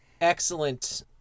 excellent